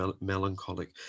melancholic